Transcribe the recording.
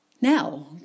Now